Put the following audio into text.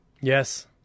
Yes